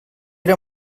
era